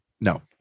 No